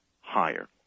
higher